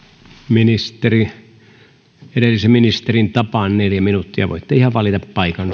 ministeri edellisen ministerin tapaan neljä minuuttia voitte ihan valita paikan